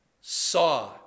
saw